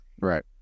Right